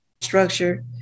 structure